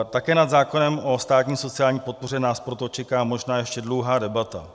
Také nad zákonem o státní sociální podpoře nás proto čeká možná ještě dlouhá debata.